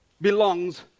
belongs